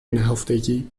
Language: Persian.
نهفتگی